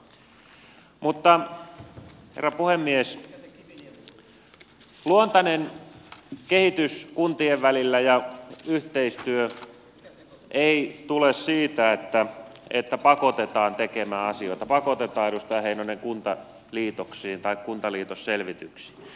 mutta herra puhemies luontainen kehitys kuntien välillä ja yhteistyö ei tule siitä että pakotetaan tekemään asioita pakotetaan edustaja heinonen kuntaliitoksiin tai kuntaliitosselvityksiin